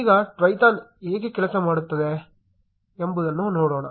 ಈಗ Twython ಹೇಗೆ ಕೆಲಸ ಮಾಡುತ್ತದೆ ಎಂಬುದನ್ನು ನೋಡೋಣ